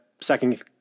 second